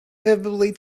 vividly